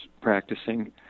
practicing